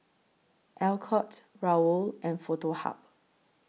Alcott Raoul and Foto Hub